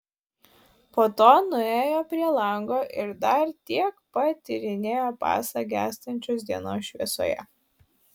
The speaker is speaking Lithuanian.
po to nuėjo prie lango ir dar tiek pat tyrinėjo pasą gęstančios dienos šviesoje